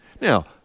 Now